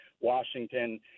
Washington